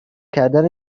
کردن